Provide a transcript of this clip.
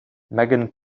megan